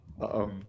Uh-oh